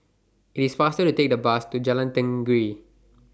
IT IS faster to Take The Bus to Jalan Tenggiri